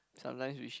sometimes wish